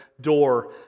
door